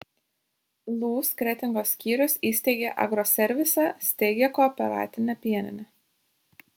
lūs kretingos skyrius įsteigė agroservisą steigia kooperatinę pieninę